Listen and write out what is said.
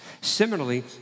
Similarly